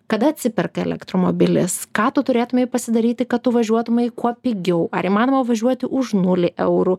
kada atsiperka elektromobilis ką tu turėtumei pasidaryti kad tu važiuotumei kuo pigiau ar įmanoma važiuoti už nulį eurų